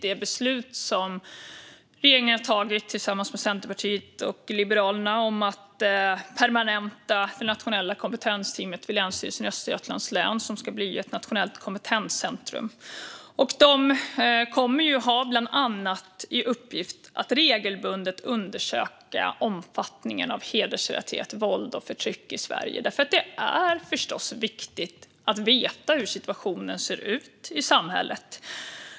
Det beslut som regeringen tillsammans med Centerpartiet och Liberalerna har tagit om att permanenta det nationella kompetensteamet vid Länsstyrelsen i Östergötlands län, som ska bli ett nationellt kompetenscentrum, är oerhört viktigt. De kommer bland annat att ha i uppgift att regelbundet undersöka omfattningen av hedersrelaterat våld och förtryck i Sverige. Det är förstås viktigt att veta hur situationen ser ut i samhället.